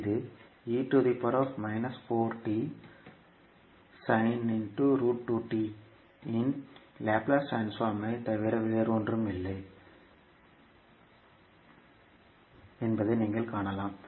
இது இன் லாப்லேஸ் ட்ரான்ஸ்போர்மைத் தவிர வேறில்லை என்பதை நீங்கள் காணலாம்